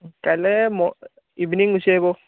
কাইলৈ ইভিনিং গুচি আহিব